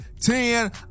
ten